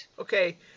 Okay